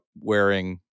wearing